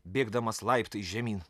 bėgdamas laiptais žemyn